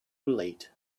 late